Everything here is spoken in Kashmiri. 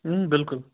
بِلکُل